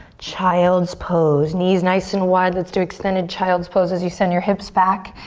child's pose. knees nice and wide, let's do extended child's pose as you send your hips back.